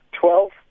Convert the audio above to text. Twelve